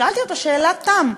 שאלתי אותו שאלת תם: